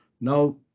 Now